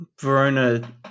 Verona